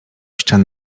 ścian